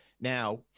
Now